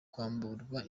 kwamburwa